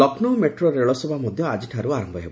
Lucknow metro ରେଳସେବା ମଧ୍ୟ ଆକିଠାରୁ ଆରମ୍ଭ ହେବ